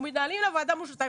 אני מברך על הוועדה הזאת,